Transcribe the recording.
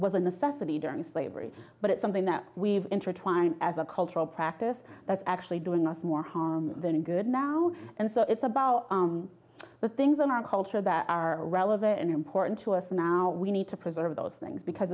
was a necessity during slavery but it's something that we have intertwined as a cultural practice that's actually doing us more harm than good now and so it's about the things in our culture that are relevant and important to us now we need to preserve those